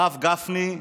הרב גפני,